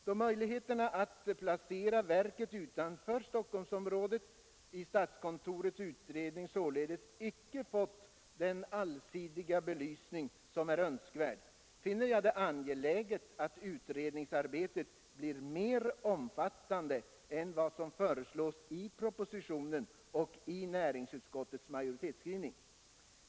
Då möjligheterna att placera verket utanför Stockholmsområdet i statskontorets utredning således icke fått den allsidiga belysning som är önskvärd, finner jag det angeläget att utredningsarbetet blir mera omfattande än vad som föreslås i propositionen och i näringsutskottets majoritetsskrivning.